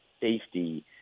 safety